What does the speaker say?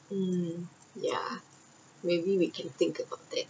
um ya maybe we can think about it